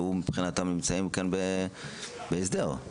ומבחינתם נמצאים כאן בהסדר.